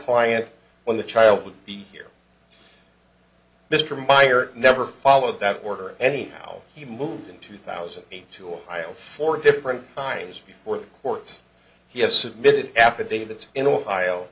client when the child would be here mr meyer never follow that order anyhow he moved in two thousand and two miles four different times before the courts he has submitted affidavits in ohio